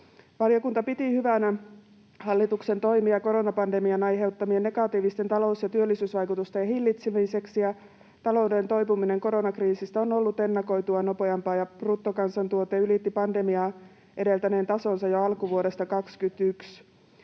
Valiokunta piti hyvänä hallituksen toimia koronapandemian aiheuttamien negatiivisten talous- ja työllisyysvaikutusten hillitsemiseksi. Talouden toipuminen koronakriisistä on ollut ennakoitua nopeampaa, ja bruttokansantuote ylitti pandemiaa edeltäneen tasonsa jo alkuvuodesta 21.